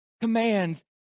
commands